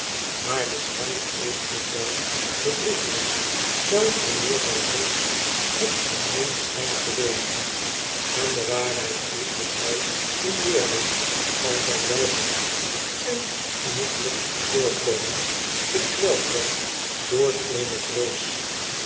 maar de schjjn is dikwijls bedriegelp zelfs wanneer zjj zulks het minst schpt te wezen en de waarheid is dat hij in weerwil van zp welgevoed en genoegelp voorkomen gekweld werd door eene vrees